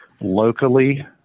locally